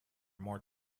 more